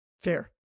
fair